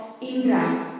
Indra